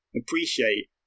appreciate